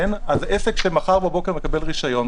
עסק שמחר בבוקר מקבל רישיון,